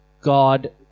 God